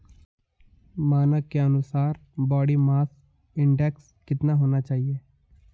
मानक के अनुसार बॉडी मास इंडेक्स कितना होना चाहिए?